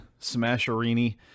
smasherini